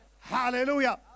Hallelujah